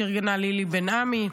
שארגנה לילי בן עמי.